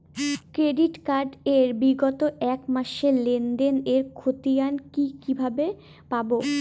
Credit card এর বিগত এক মাসের লেনদেন এর ক্ষতিয়ান কি কিভাবে পাব?